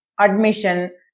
admission